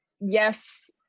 yes